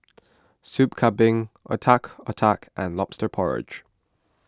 Soup Kambing Otak Otak and Lobster Porridge